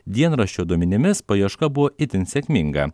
dienraščio duomenimis paieška buvo itin sėkminga